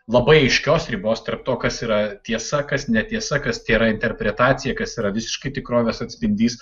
labai aiškios ribos tarp to kas yra tiesa kas netiesa kas tėra interpretacija kas yra visiškai tikrovės atspindys